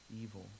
evil